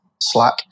Slack